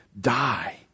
die